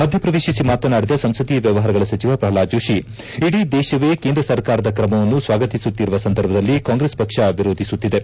ಮಧ್ಯ ಪ್ರವೇಶಿಸಿ ಮಾತನಾಡಿದ ಸಂಸದೀಯ ವ್ವವಹಾರಗಳ ಸಚಿವ ಪ್ರಹ್ಲಾದ್ ಜೋಶಿ ಇಡೀ ದೇಶವೇ ಕೇಂದ್ರ ಸರ್ಕಾರದ ಕ್ರಮವನ್ನು ಸ್ವಾಗತಿಸುತ್ತಿರುವ ಸಂದರ್ಭದಲ್ಲಿ ಕಾಂಗ್ರೆಸ್ ಪಕ್ಷ ವಿರೋಧಿಸುತ್ತಿದೆ